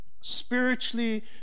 Spiritually